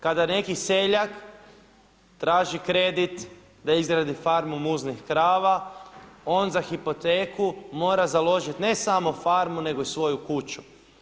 Kada neki seljak traži kredit da izradi farmu muznih krava onda za hipoteku mora založiti ne samo farmu nego i svoju kuću.